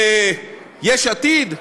וביש עתיד.